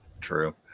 true